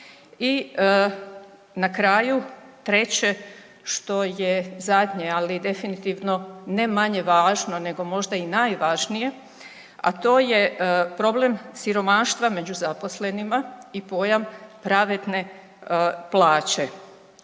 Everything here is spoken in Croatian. i na kraju treće, što je zadnje, ali definitivno ne manje važno nego možda i najvažnije, a to je problem siromaštva među zaposlenima i pojam pravedne plaće.